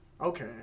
Okay